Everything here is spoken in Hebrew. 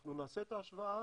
אנחנו נעשה את ההשוואה,